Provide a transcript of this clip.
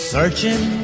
Searching